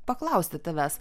paklausti tavęs